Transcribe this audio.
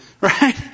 right